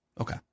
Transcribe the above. Okay